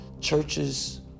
churches